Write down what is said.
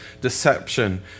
deception